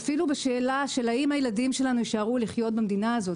אפילו בשאלה האם הילדים שלנו יישארו לחיות במדינה הזאת.